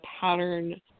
pattern